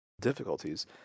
difficulties